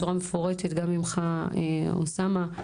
גם ממך אוסאמה.